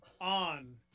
on